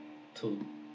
two